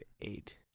eight